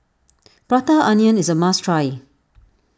Prata Onion is a must try